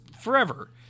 forever